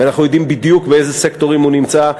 ואנחנו יודעים בדיוק באיזה סקטורים הוא נמצא,